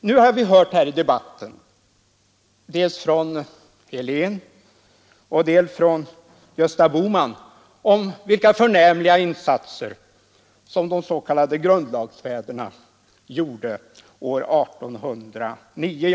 Nu har vi hört här i debatten dels från herr Helén, dels från herr Bohman vilka förnämliga insatser som de s.k. grundlagsfäderna gjorde år 1809.